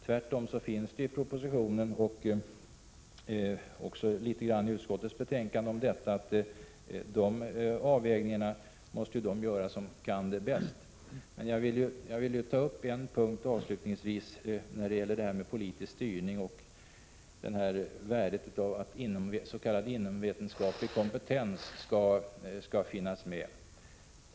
Tvärtom finns i propositionen en del resonemang om att dessa avvägningar måste göras av dem som kan det bäst. Avslutningsvis vill jag ta upp en punkt om politisk styrning och värdet av s.k. inomvetenskaplig kompetens.